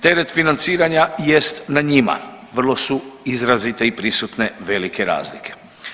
Teret financiranja jest na njima, vrlo su izrazite i prisutne velike razlike.